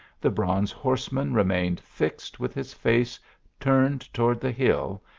the bronze horseman remained fixed with his face turned toward the hill,